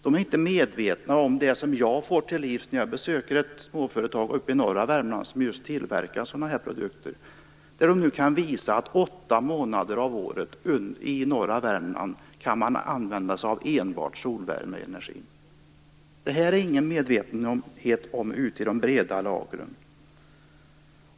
De är inte medvetna om det som jag får till livs när jag besöker ett småföretag i norra Värmland som tillverkar sådana här produkter. I norra Värmland kan man använda sig av enbart solenergi under åtta månader. Det är man inte medveten om ute i de breda lagren.